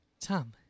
Tom